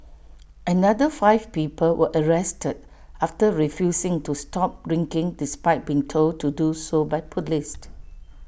another five people were arrested after refusing to stop drinking despite being told to do so by Police